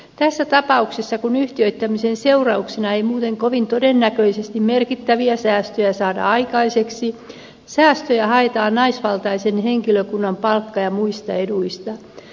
tässä tapauksessa kun yhtiöittämisen seurauksena ei muuten kovin todennäköisesti merkittäviä säästöjä saada aikaiseksi säästöjä haetaan naisvaltaisen henkilökunnan palkka ja muista eduista